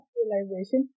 realization